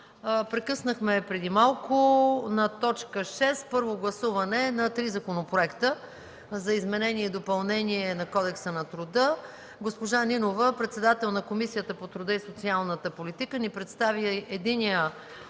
Прекъснахме я преди малко на точка шеста – първо гласуване на три законопроекта за изменение и допълнение на Кодекса на труда. Госпожа Нинова – председател на Комисията по труда и социалната политика, ни представи единия